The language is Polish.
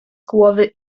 głowy